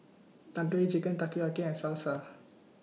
Tandoori Chicken Takoyaki and Salsa